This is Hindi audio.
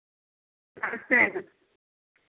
नमस्ते मैम